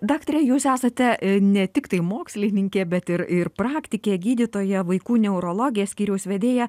daktare jūs esate ne tiktai mokslininkė bet ir ir praktikė gydytoja vaikų neurologė skyriaus vedėja